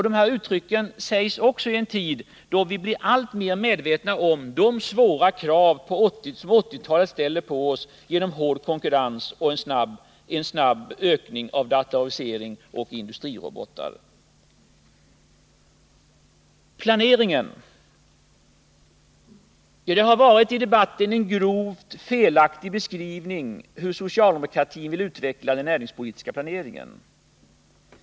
Dessutom blir vi alltmer medvetna om de svåra krav som 1980-talet ställer på oss genom hård konkurrens och snabb ökning av datorisering och industrirobotar. Beträffande planeringen vill jag säga att det ute i debatten har förekommit en grovt felaktig beskrivning av hur socialdemokratin vill utveckla den näringspolitiska planeringen.